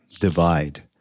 divide